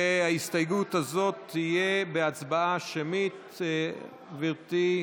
דוד אמסלם, דוד ביטן,